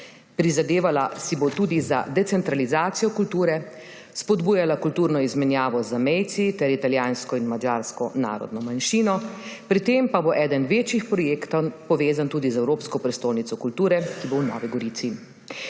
Prizadevala si bo tudi za decentralizacijo kulture, spodbujala kulturno izmenjavo z zamejci ter italijansko in madžarsko narodno manjšino, pri tem pa bo eden večjih projektov povezan tudi z Evropsko prestolnico kulture, ki bo v Novi Gorici.